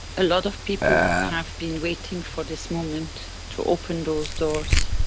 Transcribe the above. a lot of people have been waiting for this moment, to open those doors,